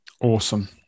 awesome